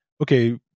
okay